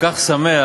שמח